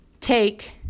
take